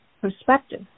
perspective